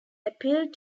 appealed